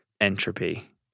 entropy